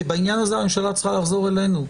כי בעניין הזה הממשלה צריכה לחזור אלינו,